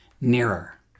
nearer